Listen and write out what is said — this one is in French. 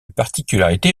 particularité